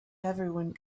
everyone